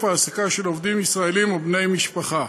ההעסקה של עובדים ישראלים או בני משפחה.